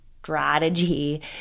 strategy